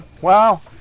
Wow